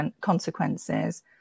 consequences